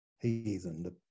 heathen